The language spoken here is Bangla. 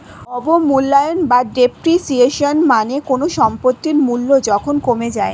অবমূল্যায়ন বা ডেপ্রিসিয়েশন মানে কোনো সম্পত্তির মূল্য যখন কমে যায়